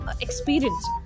experience